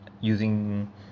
using